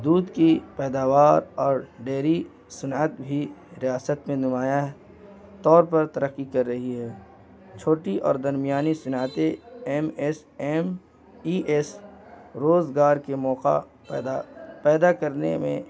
دودھ کی پیداوار اور ڈیری صنعت بھی ریاست میں نمایاں طور پر ترقی کر رہی ہے چھوٹی اور درمیانی صنعتیں M S M E S روزگار کے موقع پیدا پیدا کرنے میں